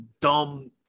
dumb